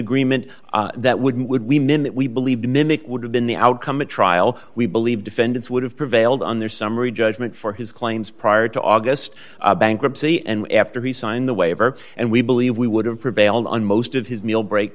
agreement that wouldn't would we men that we believe to mimic would have been the outcome a trial we believe defendants would have prevailed on their summary judgment for his claims prior to august bankruptcy and after he signed the waiver and we believe we would have prevailed on most of his meal break